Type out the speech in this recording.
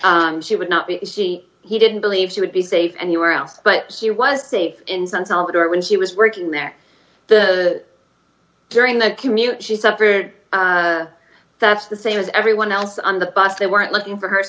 variants she would not be he didn't believe she would be safe anywhere else but she was safe in san salvador when she was working there during that commute she suffered that's the same as everyone else on the bus they weren't looking for her